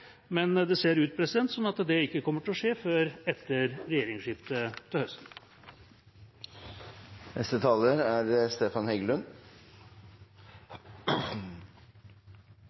men det ser ut som om det ikke kommer til å skje før etter regjeringsskiftet til